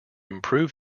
improve